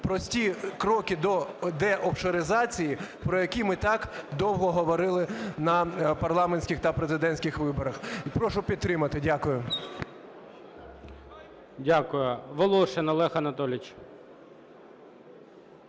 прості кроки до деофшоризації, про які ми так довго говорили на парламентських та президентських виборах. І прошу підтримати. Дякую.